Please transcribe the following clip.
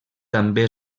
també